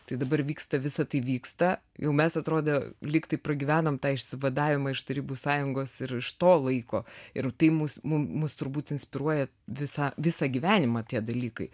tai dabar vyksta visa tai vyksta jau mes atrodė lyg taip pragyvenom tą išsivadavimą iš iš tarybų sąjungos ir iš to laiko ir tai mus mus mus turbūt inspiruoja visą visą gyvenimą tie dalykai